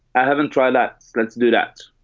i haven't tried that. let's do that.